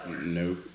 Nope